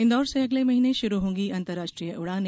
इन्दौर से अगले महीने शुरू होंगी अंतर्राष्ट्रीय उड़ाने